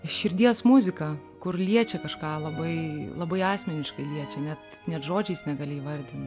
širdies muzika kur liečia kažką labai labai asmeniškai liečia net net žodžiais negali įvardin